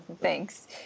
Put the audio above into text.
Thanks